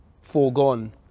foregone